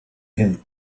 him